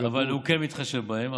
אבל הוא כן מתחשב בהם.